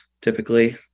typically